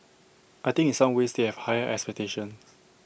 I think in some ways they have higher expectations